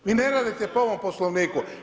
Vi ne radite po ovom poslovniku.